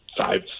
Five